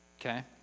Okay